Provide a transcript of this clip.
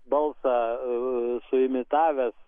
balsą suimitavęs